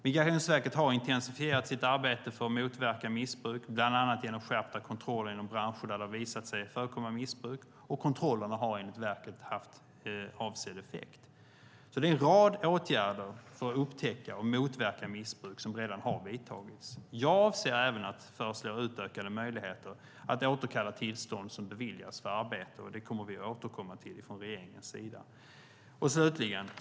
Migrationsverket har intensifierat sitt arbete för att motverka missbruk, bland annat genom skärpta kontroller inom branscher där det har visat sig förekomma missbruk. Kontrollerna har enligt verket haft avsedd effekt. En rad åtgärder för att upptäcka och motverka missbruk har redan vidtagits. Jag avser även att föreslå utökade möjligheter att återkalla tillstånd för arbete som har beviljats. Det kommer vi att återkomma till från regeringens sida.